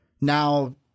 Now –